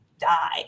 die